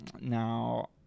now